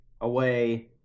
away